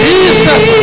Jesus